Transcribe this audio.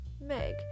Meg